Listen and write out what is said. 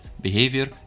behavior